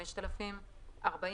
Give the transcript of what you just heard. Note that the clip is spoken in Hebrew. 5,000. (40)